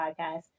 podcast